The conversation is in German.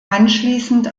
anschließend